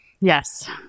Yes